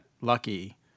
Lucky